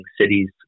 cities